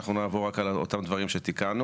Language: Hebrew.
אנחנו נעבור רק על אותם דברים שתיקנו.